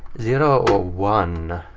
zero or one.